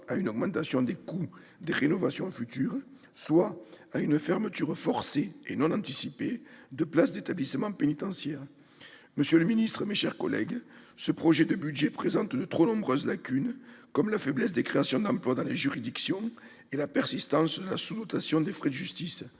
à une augmentation des coûts des rénovations futures, soit à une fermeture forcée et non anticipée de places d'établissements pénitentiaires. Monsieur le secrétaire d'État, mes chers collègues, ce projet de budget présente de trop nombreuses lacunes, comme la faiblesse des créations d'emplois dans les juridictions et la persistance de la sous-dotation des frais de justice.